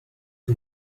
que